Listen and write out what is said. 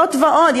זאת ועוד,